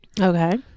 Okay